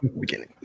beginning